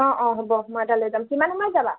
অঁ অঁ হ'ব মই এটা লৈ যাম কিমান সময়ত যাবা